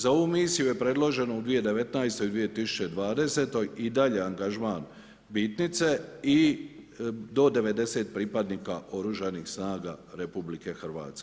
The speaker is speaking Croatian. Za ovu misiju je predloženo u 2019. i 2020. i dalje angažman bitnice i do 90 pripadnika oružanih snaga RH.